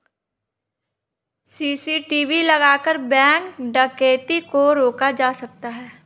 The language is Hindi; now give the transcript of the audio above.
सी.सी.टी.वी लगाकर बैंक डकैती को रोका जा सकता है